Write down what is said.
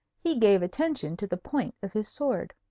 he gave attention to the point of his sword.